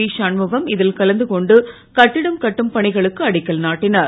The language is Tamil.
ஷண்முகம் இதில் கலந்துகொண்டு கட்டிடம் கட்டும் பணிகளுக்கு அடிக்கல் நாட்டினார்